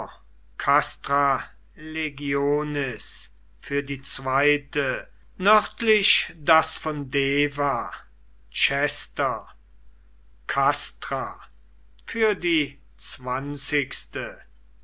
castra legionis für die zweite nördlich das von deva chester castra für die zwanzigste